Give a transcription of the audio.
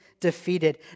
defeated